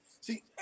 See